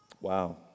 Wow